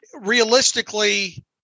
realistically